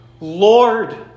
lord